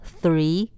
three